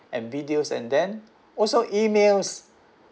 and videos and then also emails